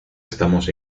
estamos